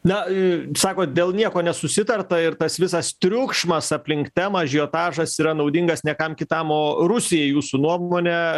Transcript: na sakot dėl nieko nesusitarta ir tas visas triukšmas aplink temą ažiotažas yra naudingas ne kam kitam o rusijai jūsų nuomone